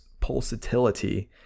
pulsatility